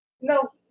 no